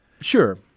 Sure